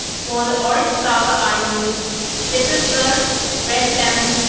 for the orange flower, i used citrus burst, fresh lemon,